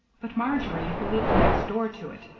but marjory, who lived next door to it,